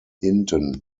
hinten